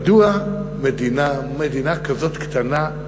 מדינה כזאת קטנה,